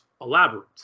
elaborate